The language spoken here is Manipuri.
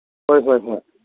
ꯍꯣꯏ ꯍꯣꯏ ꯍꯣꯏ